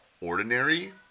ordinary